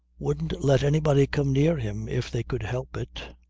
wouldn't let anybody come near him if they could help it.